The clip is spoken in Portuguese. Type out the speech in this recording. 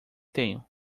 tenho